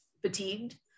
fatigued